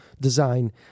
design